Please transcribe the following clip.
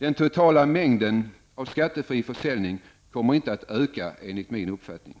Den totala mängden av skattefri försäljning kommer inte att öka enligt min uppfattning.